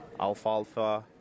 alfalfa